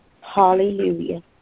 hallelujah